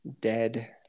dead